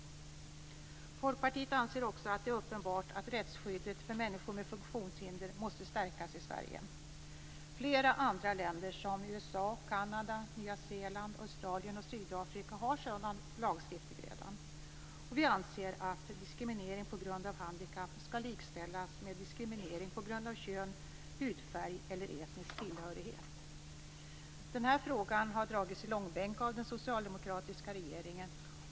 Folkpartiet anser också att det är uppenbart att rättsskyddet för människor med funktionshinder måste stärkas i Sverige. Flera andra länder som USA, Kanada, Nya Zeeland, Australien och Sydafrika har redan sådan lagstiftning. Vi anser att diskriminering på grund av handikapp skall likställas med diskriminering på grund av kön, hudfärg eller etnisk tillhörighet. Den frågan har dragits i långbänk av den socialdemokratiska regeringen.